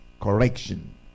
correction